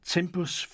Tempus